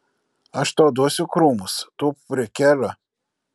aš tau duosiu krūmus tūpk prie kelio